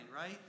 right